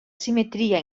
simetria